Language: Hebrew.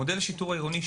מודל השיטור העירוני,